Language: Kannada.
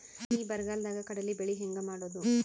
ಈ ಬರಗಾಲದಾಗ ಕಡಲಿ ಬೆಳಿ ಹೆಂಗ ಮಾಡೊದು?